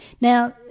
Now